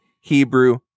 Hebrew